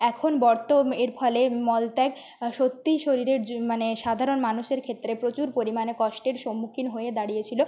এখন বর্ত এর ফলে মলত্যাগ সত্যি শরীরের জ মানে সাধারণ মানুষের ক্ষেত্রে প্রচুর পরিমাণে কষ্টের সম্মুখীন হয়ে দাঁড়িয়েছিলো